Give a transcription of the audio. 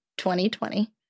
2020